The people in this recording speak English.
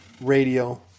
radio